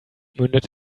mündet